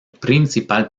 principal